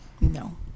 No